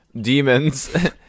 demons